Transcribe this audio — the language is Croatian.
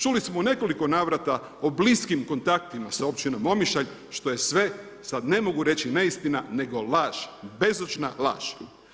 Čuli smo u nekoliko navrata o bliskim kontaktima sa Općinom Omišalj što je sve, sada ne mogu reći neistina, nego laž, bezočna laž.